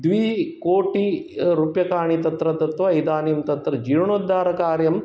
द्विकोटिरूप्यकानि तत्र दत्वा इदानीं तत्र जीर्णोद्धारणकार्यम्